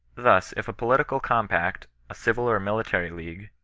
thus if a political compact, a civil or militaiy league,